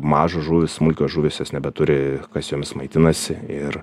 mažos žuvys smulkios žuvys jos nebeturi kas jomis maitinasi ir